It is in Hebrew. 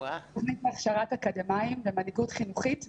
תוכנית להכשרת אקדמאים למנהיגות חינוכית וחברתית.